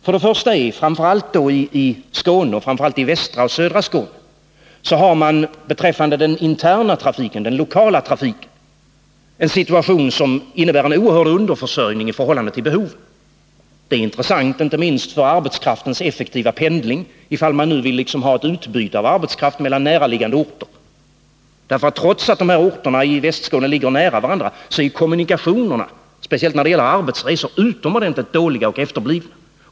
Först och främst råder i framför allt västra och södra Skåne beträffande den lokala trafiken en situation som innebär en oerhörd underförsörjning i förhållande till behovet. Det är intressant, inte minst för arbetskraftens effektiva pendling, ifall man vill ha ett utbyte av arbetskraft mellan närliggande orter. Trots att dessa orter i Västskåne ligger nära varandra så är kommunikationerna, framför allt när det gäller arbetsresor, utomordentligt dåliga och efterblivna.